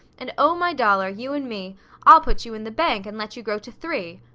and oh, my dollar, you and me i'll put you in the bank and let you grow to three!